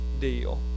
deal